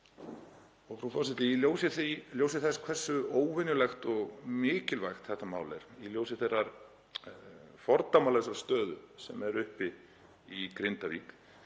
Frú forseti. Í ljósi þess hversu óvenjulegt og mikilvægt þetta mál er og í ljósi þeirrar fordæmalausrar stöðu sem er uppi í Grindavík